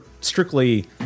strictly